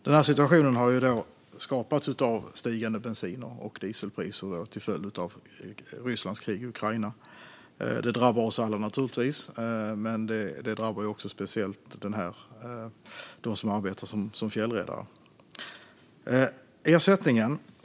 Den här situationen har skapats av stigande bensin och dieselpriser till följd av Rysslands krig i Ukraina. Det drabbar naturligtvis oss alla, men det drabbar speciellt dem som arbetar som fjällräddare.